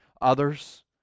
others